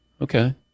Okay